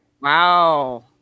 Wow